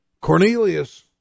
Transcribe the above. Cornelius